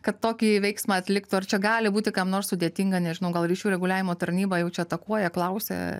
kad tokį veiksmą atliktų ar čia gali būti kam nors sudėtinga nežinau gal ryšių reguliavimo tarnyba jau čia atakuoja klausia